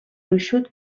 gruixut